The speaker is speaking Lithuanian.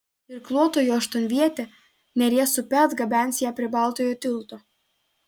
irkluotojų aštuonvietė neries upe atgabens ją prie baltojo tilto